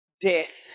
death